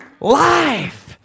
Life